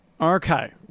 Okay